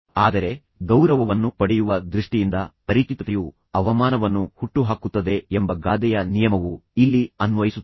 ಆದರೆ ಗೌರವವನ್ನು ಪಡೆಯುವ ದೃಷ್ಟಿಯಿಂದ ಪರಿಚಿತತೆಯು ಅವಮಾನವನ್ನು ಹುಟ್ಟುಹಾಕುತ್ತದೆ ಎಂಬ ಗಾದೆಯ ನಿಯಮವು ಇಲ್ಲಿ ಅನ್ವಯಿಸುತ್ತದೆ